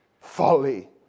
folly